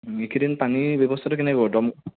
এইকেইদিন পানীৰ ব্যৱস্থাটো কেনেকৈ কৰো দম